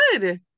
good